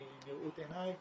מראות עיני.